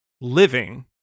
living